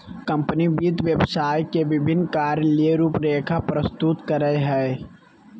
company वित्त व्यवसाय के विभिन्न कार्य ले रूपरेखा प्रस्तुत करय हइ